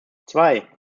zwei